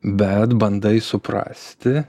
bet bandai suprasti